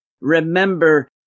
remember